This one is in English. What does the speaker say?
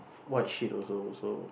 white sheet also so